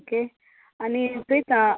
okay आनी थंयता